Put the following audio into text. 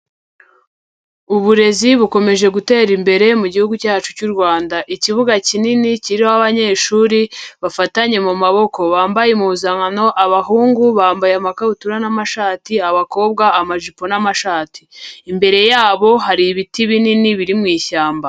Uburezi bukomeje gutera imbere mu Gihugu cyacu cy'u Rwanda. Ikibuga kinini kiriho abanyeshuri bafatanye mu maboko bambaye impuzankano, abahungu bambaye amakabutura n'amashati, abakobwa amajipo n'amashati, imbere yabo hari ibiti binini biri mu ishyamba.